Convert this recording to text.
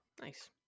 Nice